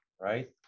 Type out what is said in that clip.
right